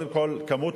קודם כול,